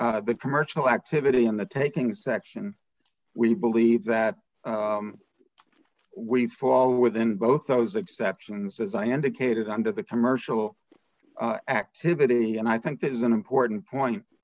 taking the commercial activity in the taking section we believe that we fall within both those exceptions as i indicated under the commercial activity and i think this is an important point